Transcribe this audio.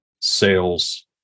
sales